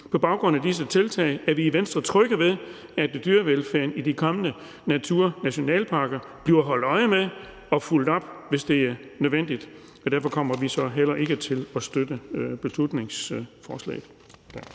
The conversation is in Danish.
På baggrund af disse tiltag er vi i Venstre trygge ved, at dyrevelfærden i de kommende naturnationalparker bliver der holdt øje med, og at der bliver fulgt op, hvis det er nødvendigt. Så derfor kommer vi så heller ikke til at støtte beslutningsforslaget.